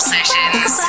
Sessions